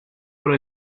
por